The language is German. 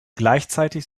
gleichzeitig